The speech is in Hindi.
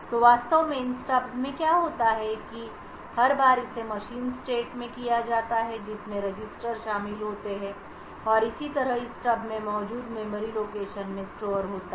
तो वास्तव में इन स्टब्स में क्या होता है कि हर बार इसे मशीन स्टेट में किया जाता है जिसमें रजिस्टर्स शामिल होते हैं और इसी तरह इस स्टब में मौजूद मेमोरी लोकेशन में स्टोर होता है